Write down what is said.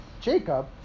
Jacob